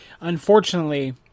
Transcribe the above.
unfortunately